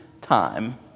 time